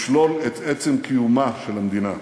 לשלול את עצם קיומה של המדינה.